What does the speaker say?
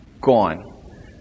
gone